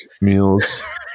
meals